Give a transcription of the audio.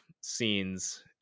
scenes